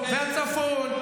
לצפון,